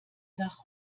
nach